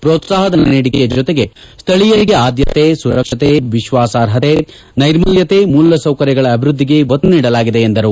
ಪ್ರೋತ್ಸಾಹ ಧನ ನೀಡಿಕೆ ಜತೆಗೆ ಸ್ಥಳೀಯರಿಗೆ ಆದ್ದತೆ ಸುರಕ್ಷತೆ ವಿಶ್ವಾಸಾರ್ಹತೆ ನೈರ್ಮಲ್ಯತೆ ಮೂಲಸೌಕರ್ಯಗಳ ಅಭಿವೃದ್ದಿಗೆ ಒತ್ತು ನೀಡಲಾಗಿದೆ ಎಂದು ತಿಳಿಸಿದರು